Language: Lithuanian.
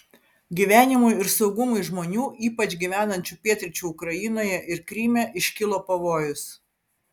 gyvenimui ir saugumui žmonių ypač gyvenančių pietryčių ukrainoje ir kryme iškilo pavojus